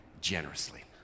generously